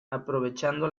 aprovechando